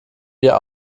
wir